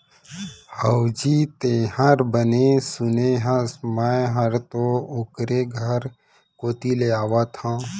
हवजी, तैंहर बने सुने हस, मैं हर तो ओकरे घर कोती ले आवत हँव